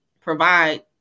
provide